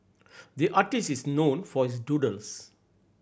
the artist is known for his doodles